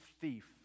thief